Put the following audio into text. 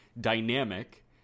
dynamic